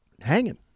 hanging